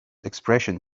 expression